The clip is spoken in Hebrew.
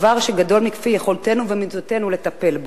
דבר שגדול מכפי יכולתנו ומידותינו לטפל בו.